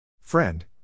Friend